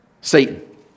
Satan